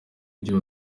uburyo